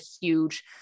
huge